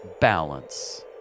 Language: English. balance